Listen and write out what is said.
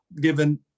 given